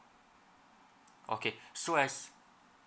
okay so as